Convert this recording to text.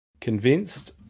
convinced